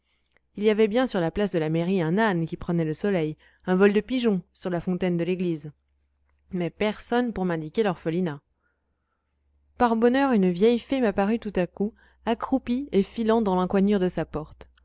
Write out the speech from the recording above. il y avait bien sur la place de la mairie un âne qui prenait le soleil un vol de pigeons sur la fontaine de l'église mais personne pour m'indiquer l'orphelinat par bonheur une vieille fée m'apparut tout à coup accroupie et filant dans l'encoignure de sa porte